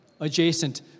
adjacent